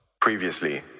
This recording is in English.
Previously